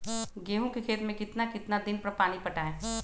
गेंहू के खेत मे कितना कितना दिन पर पानी पटाये?